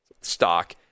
stock